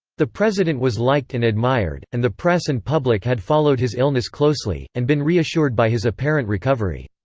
the president was liked and admired, and the press and public had followed his illness closely, and been reassured by his apparent recovery.